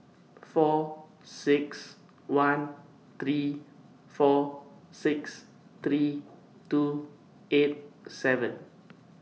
four six one three four six three two eight seven